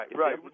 right